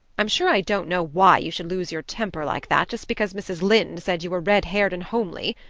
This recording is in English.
i'm sure i don't know why you should lose your temper like that just because mrs. lynde said you were red-haired and homely.